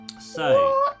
So-